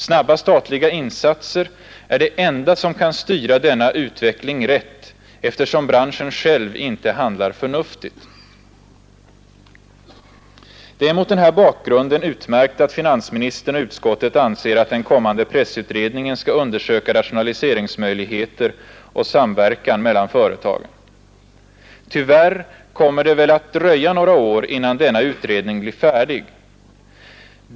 Snabba statliga insatser är det enda som kan styra denna utveckling rätt, eftersom branschen själv inte handlar förnuftigt. Det är mot den bakgrunden utmärkt att finansministern och utskottet anser att den kommande pressutredningen skall undersöka rationaliseringsmöjligheter och samverkan mellan företagen. Tyvärr kommer det väl att dröja några år innan denna utredning blir färdig.